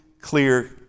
clear